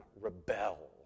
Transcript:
rebel